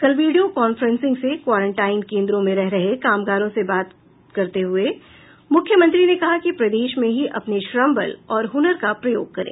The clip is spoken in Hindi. कल वीडियो कांफ्रेंसिंग से क्वारेंटाइन केन्द्रों में रह रहे कामगारों से बात करते हुए मुख्यमंत्री ने कहा कि प्रदेश में ही अपने श्रमबल और हुनर का प्रयोग करें